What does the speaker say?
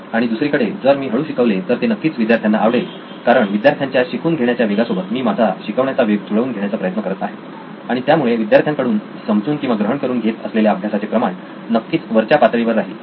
आणि दुसरीकडे जर मी हळू शिकवले तर ते नक्कीच विद्यार्थ्यांना आवडेल कारण विद्यार्थ्यांच्या शिकून घेण्याच्या वेगासोबत मी माझा शिकवण्याचा वेग जुळवून घेण्याचा प्रयत्न करत आहे आणि त्यामुळे विद्यार्थ्यांकडून समजून किंवा ग्रहण करून घेत असलेल्या अभ्यासाचे प्रमाण नक्कीच वरच्या पातळीवर राहील